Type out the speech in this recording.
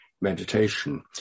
meditation